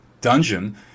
dungeon